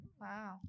Wow